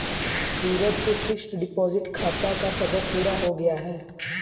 सूरज के fixed deposit खाता का समय पूरा हो गया है